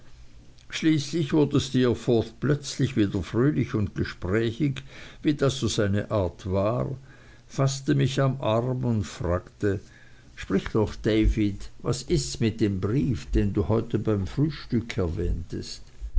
schließlich wurde steerforth plötzlich wieder fröhlich und gesprächig wie das so seine art war faßte mich am arm und fragte sprich doch david was ists mit dem brief den du heute beim frühstück